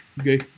Okay